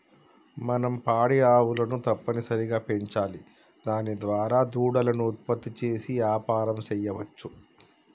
మనం పాడి ఆవులను తప్పనిసరిగా పెంచాలి దాని దారా దూడలను ఉత్పత్తి చేసి యాపారం సెయ్యవచ్చు